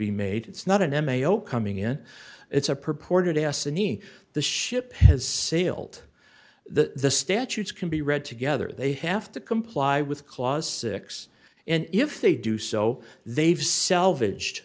be made it's not an m a o coming in it's a purported destiny the ship has sailed the statutes can be read together they have to comply with clause six and if they do so they've selvage